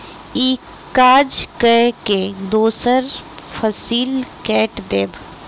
ई काज कय के दोसर फसिल कैट देब